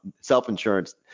self-insurance